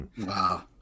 Wow